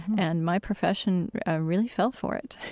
and my profession really fell for it